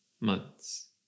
months